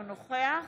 אינו נוכח